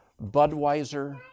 Budweiser